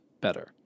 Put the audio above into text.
better